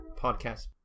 podcast